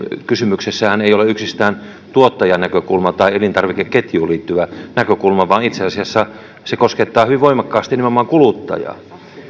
kysymyksessähän ei ole yksistään tuottajan näkökulma tai elintarvikeketjuun liittyvä näkökulma vaan itse asiassa se koskettaa hyvin voimakkaasti nimenomaan kuluttajaa